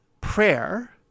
prayer